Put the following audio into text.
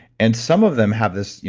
and some of them have this,